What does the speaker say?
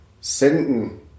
senden